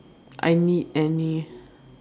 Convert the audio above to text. I need any